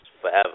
forever